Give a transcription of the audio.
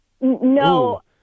No